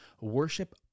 Worship